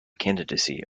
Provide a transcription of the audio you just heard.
candidacy